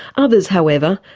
others, however,